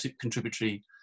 contributory